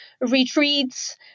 retreats